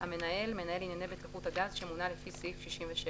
"המנהל" מנהל ענייני בטיחות הגז שמונה לפי סעיף 67,